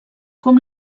com